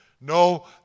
no